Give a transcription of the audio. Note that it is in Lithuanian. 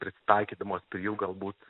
prisitaikydamos prie jų galbūt